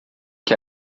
que